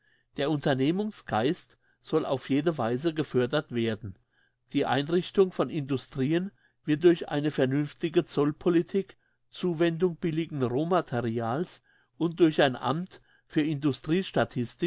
der unternehmungsgeist soll auf jede weise gefördert werden die einrichtung von industrien wird durch eine vernünftige zollpolitik zuwendung billigen rohmaterials und durch ein amt für